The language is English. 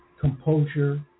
composure